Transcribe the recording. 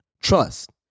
Trust